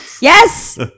Yes